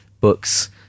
books